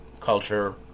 culture